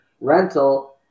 rental